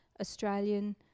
Australian